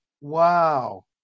Wow